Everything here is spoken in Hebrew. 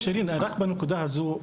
שירין, בנקודה הזו,